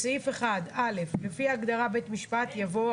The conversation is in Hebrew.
(1)בסעיף 1 (א)לפני ההגדרה "בית משפט" יבוא: